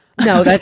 No